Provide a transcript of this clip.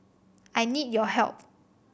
I need your help